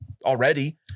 already